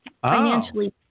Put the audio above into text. Financially